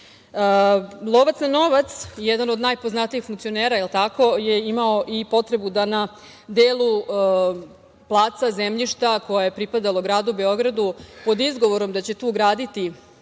toga. Lovac na novac, jedan od najpoznatijih funkcionera je imao i potrebu da na delu placa, zemljišta koje je pripadalo gradu Beogradu, pod izgovorom da će tu graditi